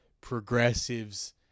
progressives